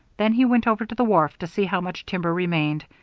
then he went over to the wharf to see how much timber remained,